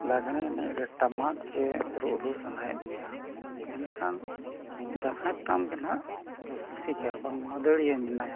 ᱞᱟᱜᱽᱬᱮ ᱮᱱᱮᱡ ᱨᱮ ᱴᱟᱢᱟᱠ ᱜᱮ ᱨᱩᱨᱩ ᱥᱟᱱᱟᱭᱮᱫ ᱢᱮᱭᱟ ᱮᱱᱠᱷᱟᱱ ᱡᱟᱦᱟᱸᱭ ᱛᱟᱢ ᱜᱮ ᱱᱟᱜ ᱨᱩᱥᱤᱠᱟ ᱵᱟᱝ ᱢᱟᱹᱫᱟᱹᱲᱤᱭᱟᱹ ᱢᱮᱱᱟᱭᱟ